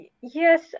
Yes